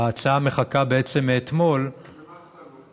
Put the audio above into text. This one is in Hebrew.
ההצעה מחכה בעצם מאתמול, במה זה תלוי?